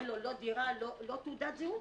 אין לו דירה, אין לו אפילו תעודת זהות.